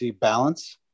balance